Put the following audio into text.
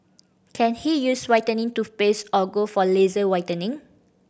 can he use whitening toothpaste or go for laser whitening